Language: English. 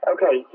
Okay